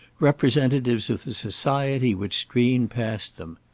representatives of the society which streamed past them.